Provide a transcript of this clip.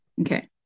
okay